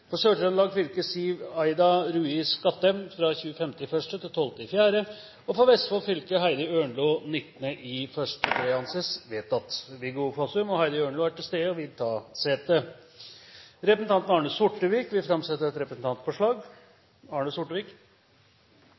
For Sør-Trøndelag fylke: Siv Aida Rui Skattem 25. januar–12. april For Vestfold fylke: Heidi Ørnlo 19. januar Viggo Fossum og Heidi Ørnlo er til stede og vil ta sete. Representanten Arne Sortevik vil framsette et representantforslag.